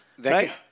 Right